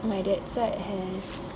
my dad side has